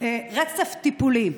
אותו רצף טיפולי.